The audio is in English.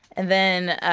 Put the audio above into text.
and then